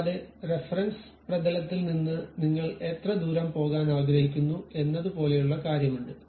കൂടാതെ റഫറൻസ് പ്രതലത്തിൽ നിന്ന് നിങ്ങൾ എത്ര ദൂരം പോകാൻ ആഗ്രഹിക്കുന്നു എന്നതുപോലെയുള്ള കാര്യമുണ്ട്